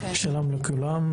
שלום לכולם,